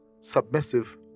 submissive